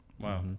Wow